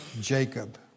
Jacob